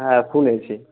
হ্যাঁ শুনেছি